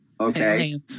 Okay